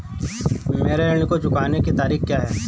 मेरे ऋण को चुकाने की तारीख़ क्या है?